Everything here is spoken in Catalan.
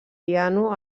piano